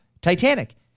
Titanic